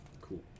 Cool